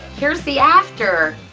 here's the after!